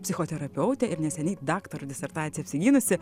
psichoterapeutė ir neseniai daktaro disertaciją apsigynusi